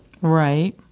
right